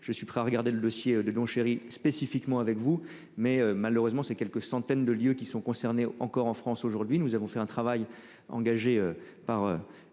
Je suis prêt à regarder le dossier de Don Cherry spécifiquement avec vous mais malheureusement ces quelques centaines de lieux qui sont concernés, encore en France aujourd'hui, nous avons fait un travail engagé par